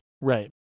Right